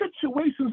situations